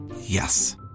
Yes